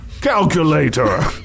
calculator